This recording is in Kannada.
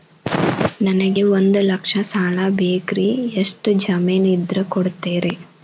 ನನಗೆ ಒಂದು ಲಕ್ಷ ಸಾಲ ಬೇಕ್ರಿ ಎಷ್ಟು ಜಮೇನ್ ಇದ್ರ ಕೊಡ್ತೇರಿ?